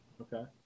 Okay